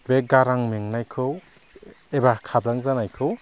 बे गारां मेंनायखौ एबा खाब्रां जानायखौ